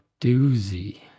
doozy